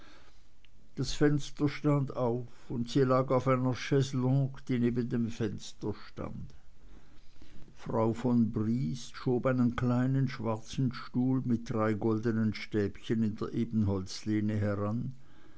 das fenster stand offen und sie lag auf einer chaiselongue die neben dem fenster stand frau von briest schob einen kleinen schwarzen stuhl mit drei goldenen stäbchen in der ebenholzlehne heran